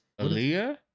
Aaliyah